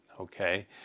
okay